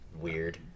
Weird